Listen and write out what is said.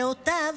דעותיו